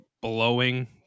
blowing